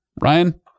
Ryan